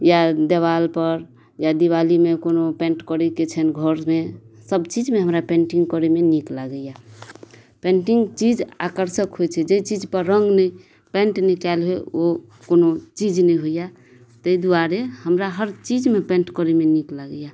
या देवाल पर या दिवालीमे कोनो पेन्ट करैके छनि घरमे सब चीजमे हमरा पेन्टिंग करै मे नीक लागैया पेंटिंग चीज आकर्षक होइ छै जाहि चीज पर रंग ने पेंट नहि कयल हो ओ कोनो चीज नहि होइया ताहि दुआरे हमरा हर चीजमे पेंट करयमे नीक लागैया